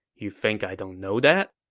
you think i don't know that?